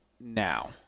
now